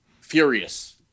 Furious